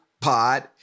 pod